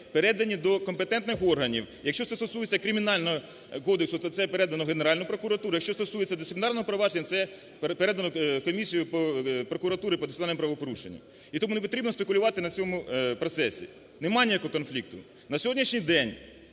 передані до компетентних органів. Якщо це стосується Кримінального кодексу, то це передано в Генеральну прокуратуру, якщо стосується дисциплінарного провадження, це передано в комісію прокуратури по дисциплінарним правопорушенням. І тому не потрібно спекулювати на цьому процесі, нема ніякого конфлікту. На сьогоднішній день,